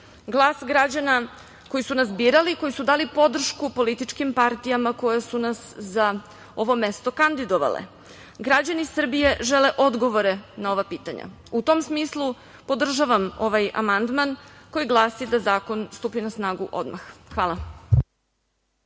glas građana koji su nas birali i koji su dali podršku političkim partijama koje su nas za ovo mesto kandidovale. Građani Srbije žele odgovore na ova pitanja. U tom smislu, podržavam ovaj amandman koji glasi da zakon stupi na snagu odmah. Hvala.